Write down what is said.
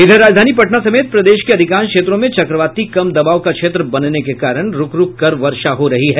इधर राजधानी पटना समेत प्रदेश के अधिकांश क्षेत्रों में चक्रवाती कम दबाव का क्षेत्र बनने के कारण रूक रूक कर वर्षा हो रही है